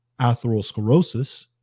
atherosclerosis